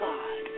God